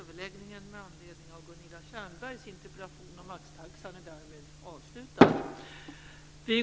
Fru talman!